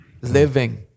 living